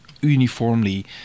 uniformly